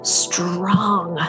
strong